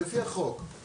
לפי החוק,